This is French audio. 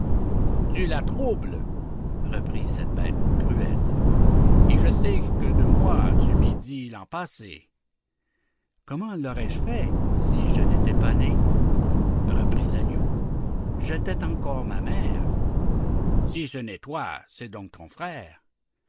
tu la troubles reprit cette bête cruelle et je sais que de moi tu médis l'an passé comment l'aurais-je fait si je n'étais pas né reprit l'agneau je tette encore ma mère si ce n'est toi c'est donc ton frère